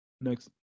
Next